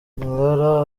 ngara